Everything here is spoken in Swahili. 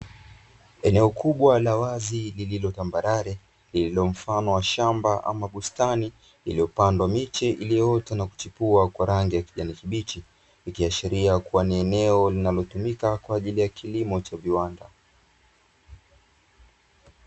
Eneo kubwa la wazi lililotambarare, lililomfano wa shambaa ama bustani, iliyopandwa miche iliyoota na kuchipua kwa rangi ya kijani kibichi ikihashiria kuwa ni eneo linalotumika kwaajiri ya kilimo cha viwanda.